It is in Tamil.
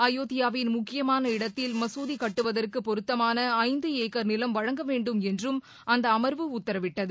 அயோத்தியாவின் முக்கியமான இடத்தில் மசூதி கட்டுவதற்கு பொருத்தமான ஐந்து ஏக்கர் நிலம் வழங்க வேண்டும் என்றும் அந்த அமர்வு உத்தரவிட்டது